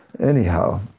Anyhow